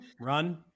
Run